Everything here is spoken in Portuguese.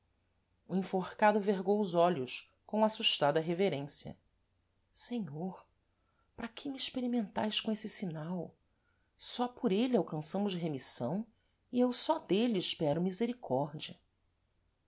o enforcado vergou os joelhos com assustada reverência senhor para que me experimentais com êsse sinal só por êle alcançamos remissão e eu só dêle espero misericórdia